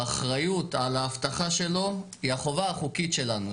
האחריות על האבטחה שלו היא החובה החוקית שלנו.